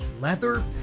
Leather